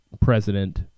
President